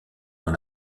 dans